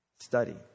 study